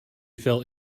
felt